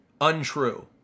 untrue